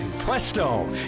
Presto